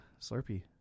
Slurpee